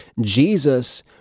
Jesus